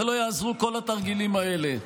לא יעזרו כל התרגילים האלה.